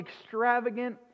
extravagant